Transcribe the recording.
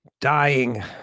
dying